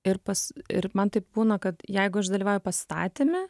ir pas ir man taip būna kad jeigu aš dalyvauju pastatyme